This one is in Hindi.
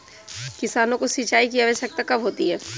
किसानों को सिंचाई की आवश्यकता कब होती है?